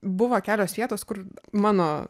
buvo kelios vietos kur mano